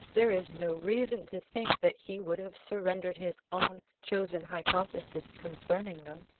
there is no reason to think that he would have surrendered his own chosen hypothesis concerning them.